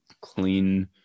clean